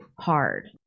hard